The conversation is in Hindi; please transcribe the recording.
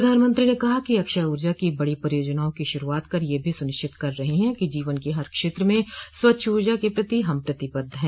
प्रधानमंत्री ने कहा कि अक्षय ऊर्जा की बड़ी परियोजनाओं की शुरूआत कर यह भी सुनिश्चित कर रहे हैं कि जीवन के हर क्षेत्र में स्वच्छ ऊर्जा के प्रति हम प्रतिबद्ध हैं